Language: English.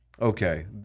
okay